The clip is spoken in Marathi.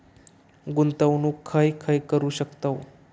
गुंतवणूक खय खय करू शकतव?